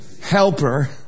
helper